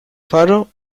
faro